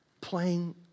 playing